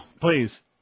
Please